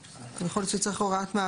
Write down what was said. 19. אני חייב לתת דוגמא.